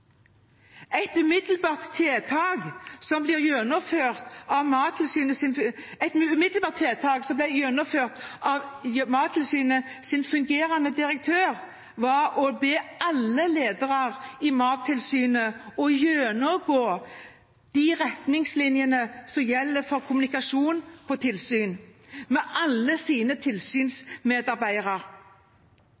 Et umiddelbart tiltak som ble gjennomført av Mattilsynets fungerende direktør, var å be alle ledere i Mattilsynet gjennomgå retningslinjene som gjelder for kommunikasjon på tilsyn, med alle sine